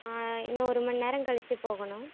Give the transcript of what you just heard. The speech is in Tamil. இன்னும் ஒரு மணி நேரம் கழித்து போகணும்